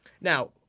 now